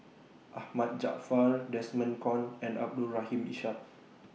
Ahmad Jaafar Desmond Kon and Abdul Rahim Ishak